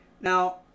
Now